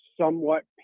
somewhat